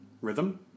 rhythm